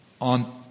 on